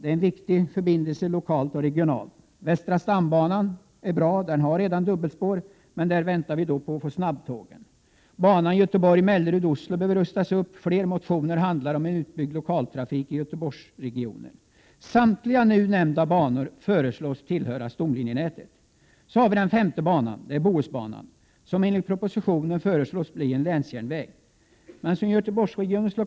Det är en viktig förbindelse, både lokalt och regionalt. Västra stambanan är bra och har dubbelspår i dag. Men man väntar på sina snabbtåg. Banan Göteborg Mellerud-Oslo behöver rustas upp. Flera motioner handlar om en utbyggd lokaltrafik i Göteborgsregionen. Samtliga här nämnda banor föreslås tillhöra stomlinjenätet. En framtidsinriktad Samtliga partier står bakom denna framställning.